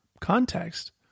context